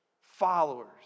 followers